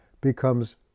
becomes